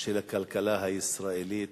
של הכלכלה הישראלית